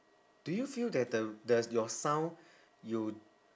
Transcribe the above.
do you feel that the the your sound you